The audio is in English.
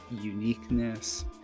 uniqueness